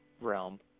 realm